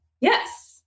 Yes